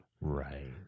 Right